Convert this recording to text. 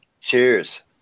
Cheers